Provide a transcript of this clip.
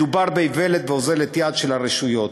מדובר באיוולת ואוזלת יד של הרשויות.